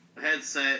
headset